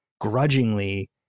grudgingly